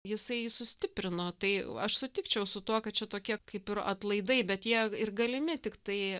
jisai sustiprino tai aš sutikčiau su tuo kad čia tokie kaip ir atlaidai bet jie ir galimi tiktai